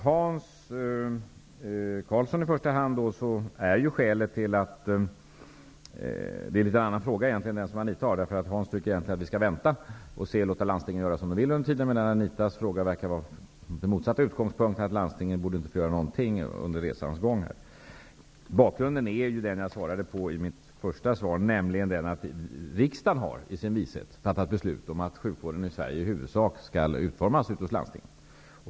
Hans Karlsson tycker -- till skillnad mot Anita Johansson, som verkar ha motsatt utgångspunkt för sin fråga, nämligen att landstingen inte borde få göra någonting under resans gång -- att man bör vänta och se, och att man under tiden bör låta landstingen göra som de vill. Till Hans Karlsson vill jag säga att bakgrunden är att riksdagen i sin vishet har fattat beslut om att sjukvården i Sverige i huvudsak skall utformas av landstingen.